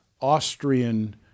Austrian